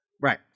Right